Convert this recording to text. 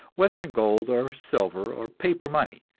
whether in gold or silver or paper money.